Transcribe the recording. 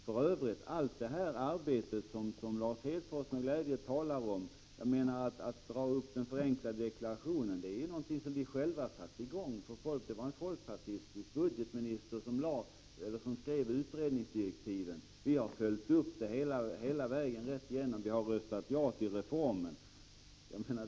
För övrigt beträffande allt arbete som Lars Hedfors med glädje talar om i fråga om den förenklade deklarationen: Det var någonting som vi själva satte Prot. 1985/86:54 i gång — det var en folkpartistisk budgetminister som skrev utredningsdirekti 17 december 1985 ven. Vi har följt upp frågan hela vägen och röstat ja till reformen.